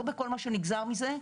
לא בכל מה שנגזר מזה,